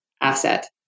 asset